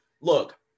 look